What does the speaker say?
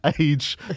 age